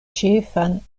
ĉefan